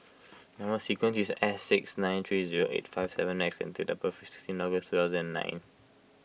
Number Sequence is S six nine three zero eight five seven X and date of birth is sixteen August two thousand and nine